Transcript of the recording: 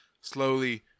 slowly